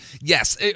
Yes